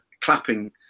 clapping